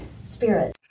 spirit